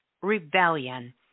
rebellion